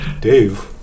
Dave